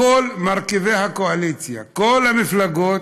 כל מרכיבי הקואליציה, כל המפלגות,